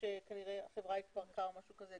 שכנראה החברה התפרקה או משהו כזה,